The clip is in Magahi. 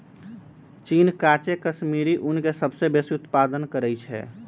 चीन काचे कश्मीरी ऊन के सबसे बेशी उत्पादन करइ छै